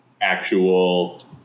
actual